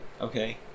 Okay